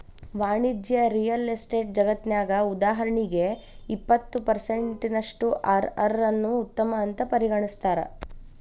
ವಾಣಿಜ್ಯ real estate ಜಗತ್ನ್ಯಗ, ಉದಾಹರಣಿಗೆ, ಇಪ್ಪತ್ತು ಪರ್ಸೆನ್ಟಿನಷ್ಟು ಅರ್.ಅರ್ ನ್ನ ಉತ್ತಮ ಅಂತ್ ಪರಿಗಣಿಸ್ತಾರ